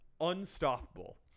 unstoppable